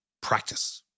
Practice